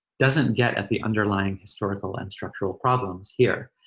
doesn't get at the underlying historical and structural problems here.